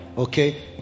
okay